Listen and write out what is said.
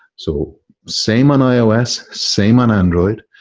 so same on ios, same on android.